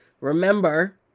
Remember